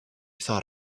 thought